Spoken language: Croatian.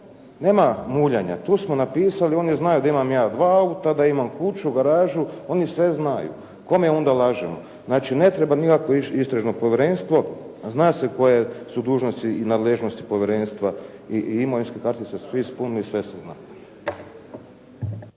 Nema muljanja. Tu smo napisali, oni znaju da imam ja dva auta, da imam kuću, garažu, oni sve znaju. Kome onda lažemo? Znači, ne treba nikakvo istražno povjerenstvo, zna se koje su dužnosti i nadležnosti povjerenstva. I imovinske kartice su svi ispunili i sve se zna.